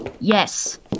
Yes